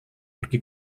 pergi